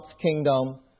kingdom